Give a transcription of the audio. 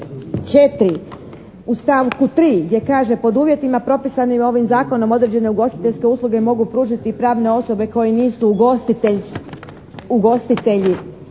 4. u stavku 3. gdje kaže: "Pod uvjetima propisanim ovim Zakonom određene ugostiteljske usluge mogu pružiti i pravne osobe koje nisu ugostitelji.",